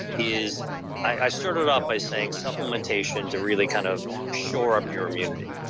is i started out by saying supplementation to really kind of shore up your immunity.